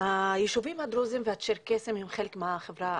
היישובים הדרוזיים והצ'רקסיים הם חלק מהחברה הערבית.